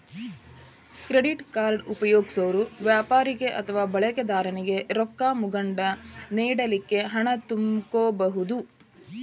credit card ಉಪಯೊಗ್ಸೊರು ವ್ಯಾಪಾರಿಗೆ ಅಥವಾ ಬಳಕಿದಾರನಿಗೆ ರೊಕ್ಕ ಮುಂಗಡ ನೇಡಲಿಕ್ಕೆ ಹಣ ತಕ್ಕೊಬಹುದು